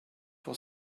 was